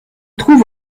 trouve